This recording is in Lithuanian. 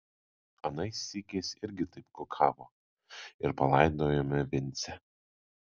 anais sykiais irgi taip kukavo ir palaidojome vincę